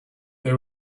they